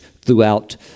throughout